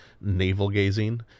navel-gazing